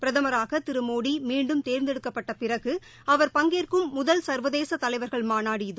பிரதமராக திரு மோடி மீண்டும் தேர்ந்தெடுக்கப்பட்ட பிறகு அவர் பங்கேற்கும் முதல் சா்வதேச தலைவர்கள் மாநாடு இது